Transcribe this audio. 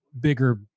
bigger